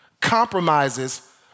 Compromises